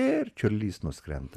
ir čiurlys nuskrenda